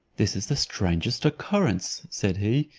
this is the strangest occurrence, said he,